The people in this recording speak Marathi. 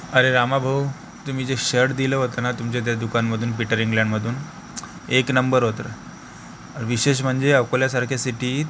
अरे रामाभाऊ तुम्ही जे शर्ट दिलं होतं ना तुमच्या त्या दुकानामधून पीटर इंग्लंडमधून एक नंबर होतं विशेष म्हणजे अकोल्यासारख्या सिटीत